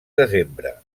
desembre